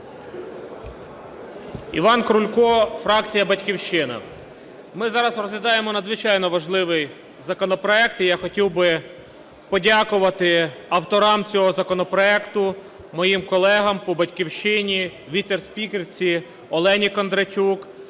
Іван Крулько, фракція "Батьківщина". Ми зараз розглядаємо надзвичайно важливий законопроект, і я хотів би подякувати авторам цього законопроекту, моїм колегам по "Батьківщині" віце-спікерці Олені Кондратюк,